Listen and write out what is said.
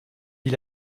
dit